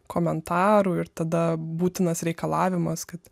komentarų ir tada būtinas reikalavimas kad